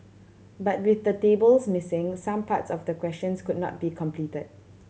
but with the tables missing some parts of the questions could not be completed